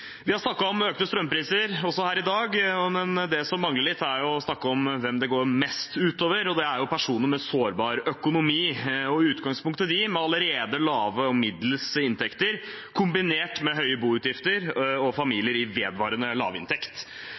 Vi har snakket om økte strømpriser også her i dag, men det som mangler litt, er å snakke om hvem det går mest ut over. Det er personer med sårbar økonomi, og i utgangspunktet dem med allerede lave og middels inntekter, kombinert med høye boutgifter og familier i vedvarende lavinntekt.